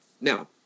Now